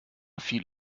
fiel